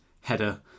header